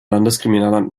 landeskriminalamt